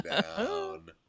down